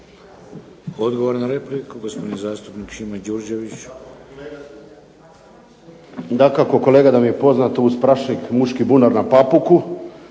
Odgovor na repliku, gospodin zastupnik Šimo Đurđević. **Đurđević, Šimo (HDZ)** Dakako kolega da mi je poznato uz Prašnik muški bunar na Papuku,